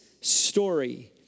story